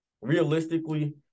realistically